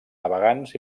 navegants